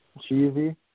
cheesy